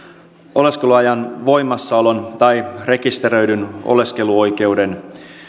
oleskeluajan voimassaolon tai rekisteröidyn oleskeluoikeuden